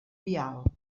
vial